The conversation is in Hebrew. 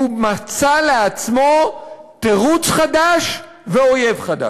והוא מצא לעצמו תירוץ חדש ואויב חדש.